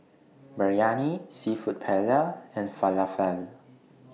Biryani Seafood Paella and Falafel